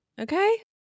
Okay